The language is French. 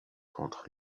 contre